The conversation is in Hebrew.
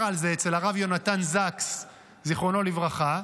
וראיתי מאמר על זה אצל הרב יונתן זקס זכרונו לברכה,